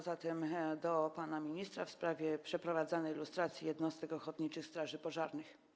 Pytanie do pana ministra w sprawie przeprowadzanej lustracji jednostek ochotniczych straży pożarnych.